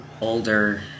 older